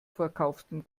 verkauftem